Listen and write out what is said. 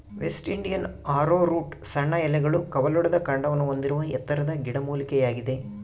West Indian arrowroot ಸಣ್ಣ ಎಲೆಗಳು ಕವಲೊಡೆದ ಕಾಂಡವನ್ನು ಹೊಂದಿರುವ ಎತ್ತರದ ಗಿಡಮೂಲಿಕೆಯಾಗಿದೆ